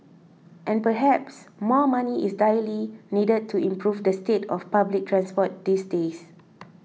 and perhaps more money is direly needed to improve the state of public transport these days